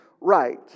right